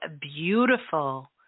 beautiful